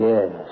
Yes